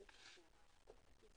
תקנות